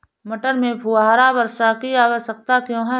मटर में फुहारा वर्षा की आवश्यकता क्यो है?